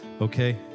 okay